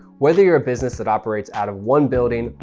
whether you're a business that operates out of one building,